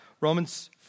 Romans